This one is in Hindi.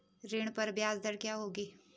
ऋण पर ब्याज दर क्या होगी?